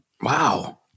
wow